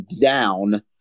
down